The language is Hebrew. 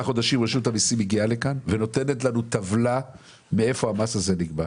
חודשים רשות המיסים מגיעה לכאן ונותנת טבלה שמראה מאיפה המס הזה נגבה,